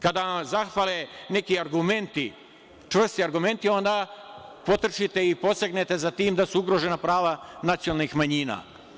Kada vam zafale neki argumenti, čvrsti argumenti, onda potrčite i posegnete za time da su ugrožena prava nacionalnih manjina.